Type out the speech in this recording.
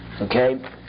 okay